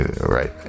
right